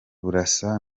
burasa